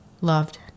loved